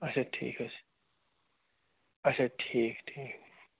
اچھا ٹھیٖک حظ چھِ اچھا ٹھیٖک ٹھیٖک